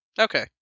Okay